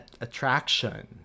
attraction